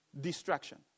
distraction